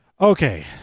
okay